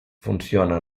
funciona